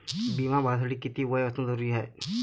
बिमा भरासाठी किती वय असनं जरुरीच हाय?